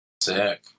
Sick